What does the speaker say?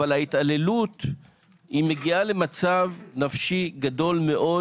אבל ההתעללות מביאה למצב נפשי קשה מאוד